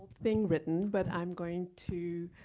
thing written, but i'm going to